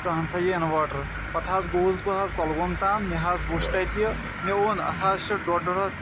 ژٕ اَن سا یہِ اِوٲٹَر پَتہٕ حظ گوٚوُس بہٕ حظ کۄلگوم تام مےٚ حظ وُچھ تَتہِ یہِ مےٚ وون اَتھ حظ چھِ ڈۄڈ ڈۄڈ ہَتھ